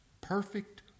Perfect